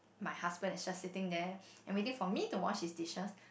my husband is just sitting there and waiting for me to wash his dishes